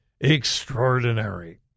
extraordinary